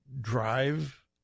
drive